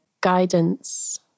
guidance